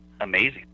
amazing